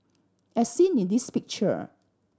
as seen in this picture